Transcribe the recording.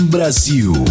Brasil